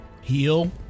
Heal